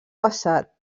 passat